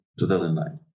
2009